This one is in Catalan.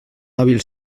hàbil